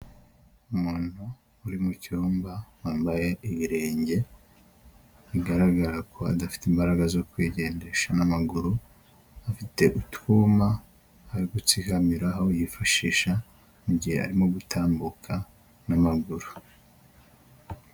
Umuntu uri mu cyumba wambaye ibirenge, bigaragara ko adafite imbaraga zo kwigendesha n'amaguru, afite utwuma ari gutsikamiraho yifashisha mu mu gihe arimo gutambuka n'amaguru.